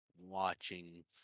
watching